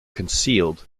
concealed